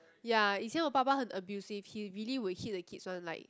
ya 以前我爸爸很 abusive he really will hit the kids one like